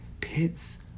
pits